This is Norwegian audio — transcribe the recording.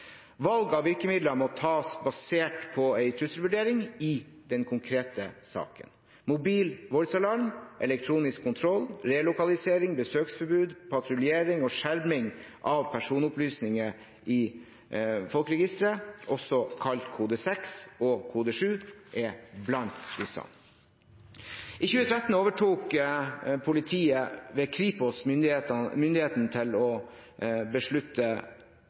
Valg av virkemidler må tas basert på en trusselvurdering i den konkrete saken. Mobil voldsalarm, elektronisk kontroll, relokalisering, besøksforbud, patruljering og skjerming av personopplysninger i Folkeregisteret, også kalt kode 6 og kode 7, er blant disse. I 2012 overtok politiet, ved Kripos, myndigheten til å beslutte